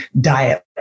diet